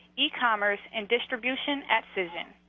yeah e-commerce and distribution at cision.